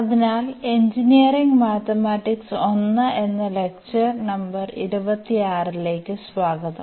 അതിനാൽ engineering mathematics I എന്ന lecture number 26 ലേക്ക് സ്വാഗതം